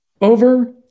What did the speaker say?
over